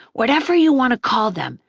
whatever you want to call them,